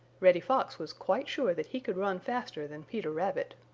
reddy fox was quite sure that he could run faster than peter rabbit.